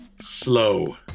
Slow